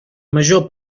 major